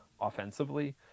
offensively